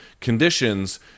conditions